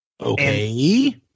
Okay